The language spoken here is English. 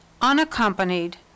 unaccompanied